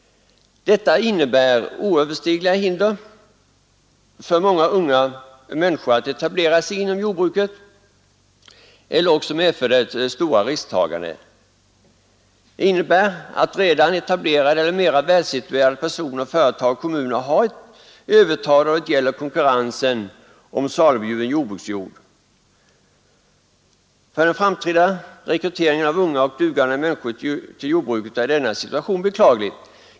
Detta innebär oöverstigliga hinder för många unga människor att etablera sig inom jordbruket, eller också medför det stora risktaganden. Det innebär att redan etablerade eller mera välsituerade personer, företag och kommuner har ett övertag då det gäller konkurrensen om salubjuden jordbruksjord. För den framtida rekryteringen av unga och dugande människor till jordbruket är denna situation beklaglig.